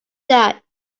that